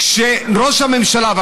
כשראש הממשלה ידע,